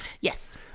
Yes